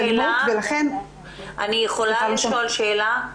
אני רוצה לשאול שאלה,